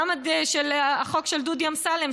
גם בחוק של דודי אמסלם,